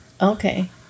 Okay